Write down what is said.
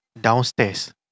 downstairs